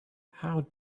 how